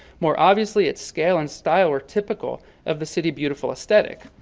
more obviously, its scale and style were typical of the city beautiful aesthetic.